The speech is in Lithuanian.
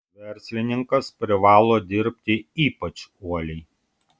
verslininkas privalo dirbti ypač uoliai